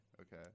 okay